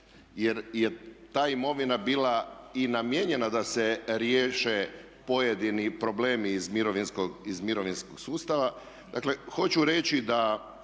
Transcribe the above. jer je ta imovina bila i namijenjena da se riješe pojedini problemi iz mirovinskog sustava. Dakle, hoću reći da